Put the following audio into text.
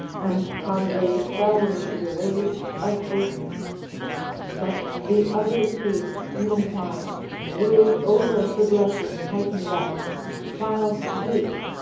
and how they fell into the waves of ocean but the other two meanwhile ruled over the blessed titan-gods, while zeus,